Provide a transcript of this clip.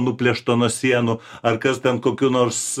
nuplėšto nuo sienų ar kas ten kokių nors